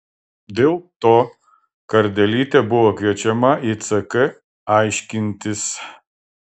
dėl to kardelytė buvo kviečiama į ck aiškintis